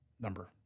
number